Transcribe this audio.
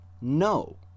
No